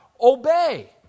Obey